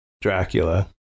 Dracula